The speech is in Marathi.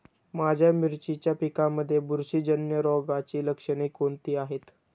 माझ्या मिरचीच्या पिकांमध्ये बुरशीजन्य रोगाची लक्षणे कोणती आहेत?